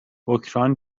اوکراین